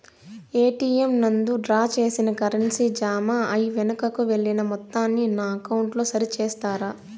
ATM నందు draw చేసిన currency జామ అయి వెనుకకు వెళ్లిన మొత్తాన్ని నా అకౌంట్ లో సరి చేస్తారా?